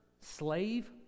slave